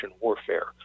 warfare